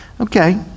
okay